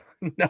no